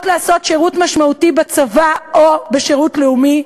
לעשות שירות משמעותי בצבא או בשירות לאומי.